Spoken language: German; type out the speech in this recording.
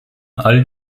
all